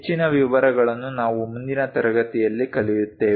ಹೆಚ್ಚಿನ ವಿವರಗಳನ್ನು ನಾವು ಮುಂದಿನ ತರಗತಿಯಲ್ಲಿ ಕಲಿಯುತ್ತೇವೆ